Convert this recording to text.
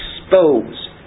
expose